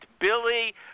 Billy